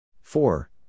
Four